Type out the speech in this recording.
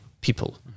people